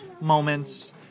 moments